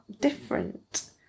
different